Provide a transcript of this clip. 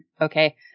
Okay